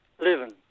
living